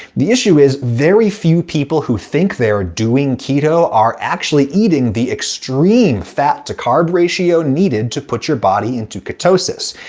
the issue is, very few people who think they're doing keto are actually eating the extreme fat-to-carb ratio needed to put your body into ketosis.